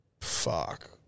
Fuck